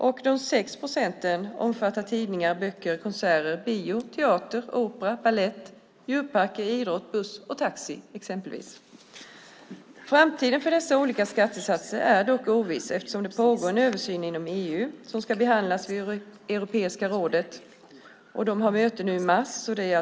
6 procent moms gäller exempelvis tidningar, böcker, konserter, bio, teater, opera, balett, djurparker, idrott, buss och taxi. Framtiden för dessa olika skattesatser är dock oviss eftersom det pågår en översyn inom EU, och detta ska behandlas vid Europeiska rådets möte nu.